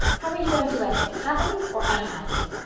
how are you going to end it happily or unhappily?